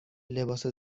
لباس